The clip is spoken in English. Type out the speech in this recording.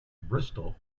bristol